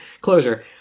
closure